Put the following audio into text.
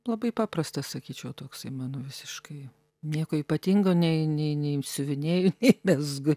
labai paprastas sakyčiau toksai mano visiškai nieko ypatingo nei nei nei siuvinėju mezgu